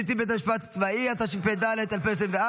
(פיצויים שהטיל בית משפט צבאי), התשפ"ד 2024,